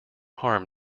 harm